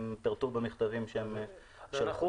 זה הבדל של תשעה ימים בין 21 יום השבה ל-30 יום השבה.